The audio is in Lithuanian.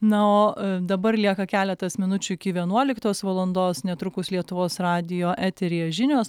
na o dabar lieka keletas minučių iki vienuoliktos valandos netrukus lietuvos radijo eteryje žinios